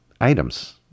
items